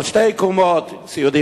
אז על שתי קומות של חולים סיעודיים